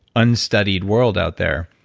unstudied world out there